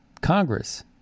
Congress